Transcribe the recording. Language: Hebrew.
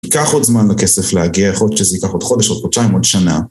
ייקח עוד זמן לכסף להגיע, יכול להיות שזה ייקח עוד חודש, עוד חודשיים, עוד שנה.